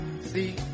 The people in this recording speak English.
See